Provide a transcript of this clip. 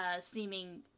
seeming